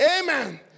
Amen